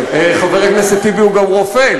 חבר הכנסת טיבי הוא גם רופא,